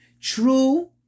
True